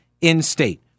in-state